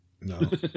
No